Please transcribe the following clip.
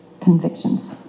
Convictions